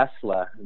Tesla